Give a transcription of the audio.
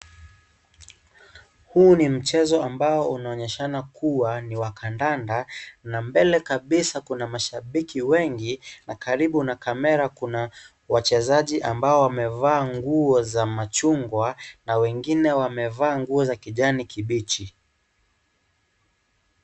Huu ni mchezo ambao unaonyeshana kuwa ni wa kandanda, na mbele kabisa kuna mashabiki wengi na karibu na kamera kuna wachezaji ambao wamevaa nguo za machungwa na wengine wamevaa nguo za kijani kibichi.